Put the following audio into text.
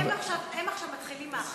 הם מתחילים עכשיו,